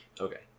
okay